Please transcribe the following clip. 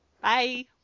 Bye